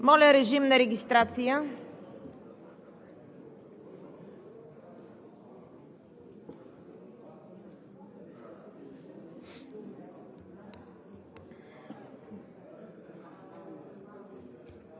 Моля, режим на регистрация.